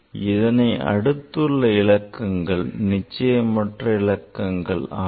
இதனை அடுத்துள்ள இலக்கங்கள் நிச்சயமற்ற இலக்கங்கள் ஆகும்